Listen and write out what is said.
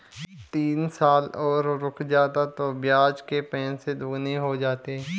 तीन साल और रुक जाता तो ब्याज के पैसे दोगुने हो जाते